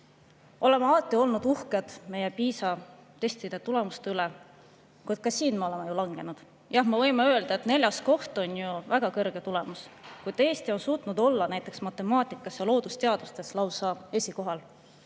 alati olnud uhked meie PISA testide tulemuste üle, kuid ka siin me oleme ju langenud. Jah, me võime öelda, et neljas koht on väga kõrge tulemus, kuid Eesti on suutnud olla näiteks matemaatikas ja loodusteadustes lausa esikohal.